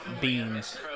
beans